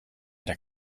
der